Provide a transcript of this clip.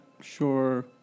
sure